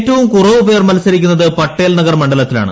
ഏറ്റവും കുറവ് പേർ മത്സരിക്കുന്നത് പട്ടേൽ നഗർ മണ്ഡലത്തിലാണ്